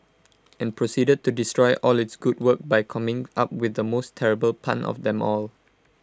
and proceeded to destroy all its good work by coming up with the most terrible pun of them all